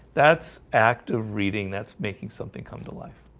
that's active reading that's making something come to life.